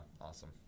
Awesome